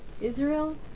Israel